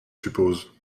suppose